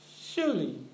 Surely